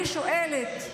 אני שואלת,